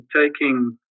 taking